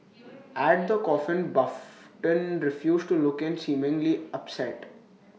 at the coffin button refused to look in seemingly upset